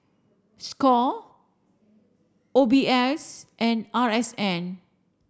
Score O B S and R S N